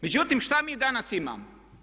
Međutim, što mi danas imamo?